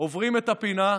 עוברים את הפינה,